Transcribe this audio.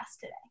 today